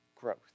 growth